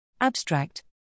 Abstract